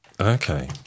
Okay